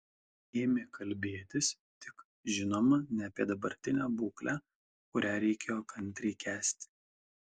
ėmė kalbėtis tik žinoma ne apie dabartinę būklę kurią reikėjo kantriai kęsti